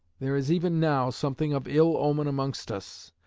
there is even now something of ill-omen amongst us.